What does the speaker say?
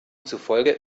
zufolge